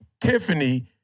Tiffany